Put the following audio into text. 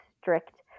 strict